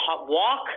Walk